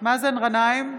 מאזן גנאים,